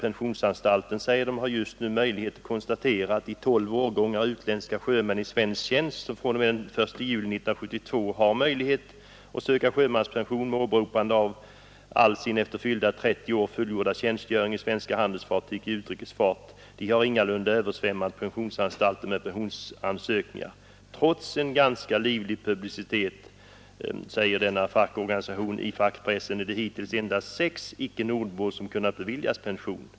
Pensionsanstalten har just nu möjlighet att konstatera att de tolv årgångar utländska sjömän i svensk tjänst som fr.o.m. den 1 juli 1972 kan söka sjömanspension med åberopande av all sin efter fyllda 30 år fullgjorda tjänstgöring på svenska handelsfartyg i utrikesfart ingalunda har översvämmat anstalten med pensionsansökningar. Trots en ganska livlig publicitet i fackpressen, säger denna fackorganisation, är det hittills endast sex icke nordbor som kunnat beviljas pension.